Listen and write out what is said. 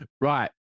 Right